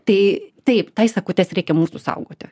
tai taip akutes reikia mūsų saugoti